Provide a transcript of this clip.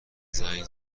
زنگ